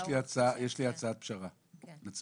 על סדר היום הצעת חוק איסור פרסום מידע לגבי נפגעים,